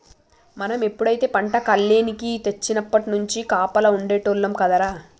మనం ఎప్పుడైతే పంట కల్లేనికి తెచ్చినప్పట్నుంచి కాపలా ఉండేటోల్లం కదరా